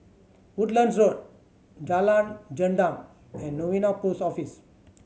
Woodlands Road Jalan Gendang and Novena Post Office